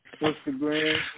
Instagram